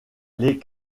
les